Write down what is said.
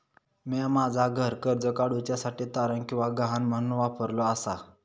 म्या माझा घर कर्ज काडुच्या साठी तारण किंवा गहाण म्हणून वापरलो आसा